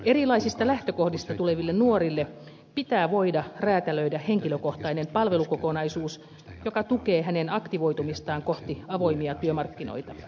erilaisista lähtökohdista tuleville nuorille pitää voida räätälöidä henkilökohtainen palvelukokonaisuus joka tukee heidän aktivoitumistaan kohti avoimia työmarkkinoita